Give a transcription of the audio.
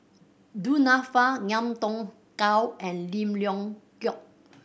Du Nanfa Ngiam Tong Dow and Lim Leong Geok